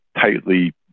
tightly